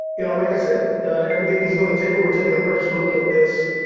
you know, like i said, everything is on the table. we're taking a fresh look at this.